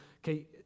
Okay